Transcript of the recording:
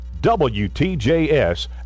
WTJS